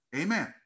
Amen